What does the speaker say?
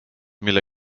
mille